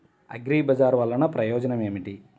అగ్రిబజార్ వల్లన ప్రయోజనం ఏమిటీ?